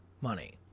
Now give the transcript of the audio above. money